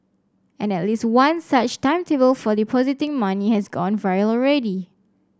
and at least one such timetable for the depositing money has gone viral already